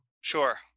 Sure